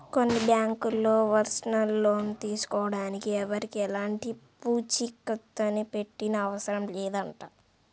కొన్ని బ్యాంకుల్లో personal loan తీసుకోడానికి ఎవరికీ ఎలాంటి పూచీకత్తుని పెట్టనవసరం లేదంట